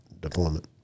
deployment